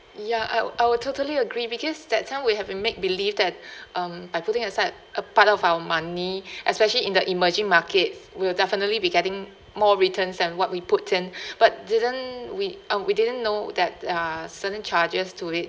ya I w~ I would totally agree because that time we have a make believe that um by putting aside a part of our money especially in the emerging markets we'll definitely be getting more returns than what we put in but didn't we uh we didn't know that uh certain charges to it